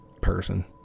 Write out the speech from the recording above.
person